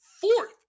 fourth